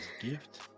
gift